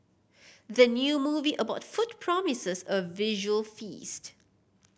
the new movie about food promises a visual feast